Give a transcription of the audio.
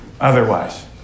otherwise